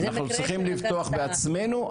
אנחנו צריכים לבטוח בעצמנו,